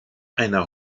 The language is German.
einer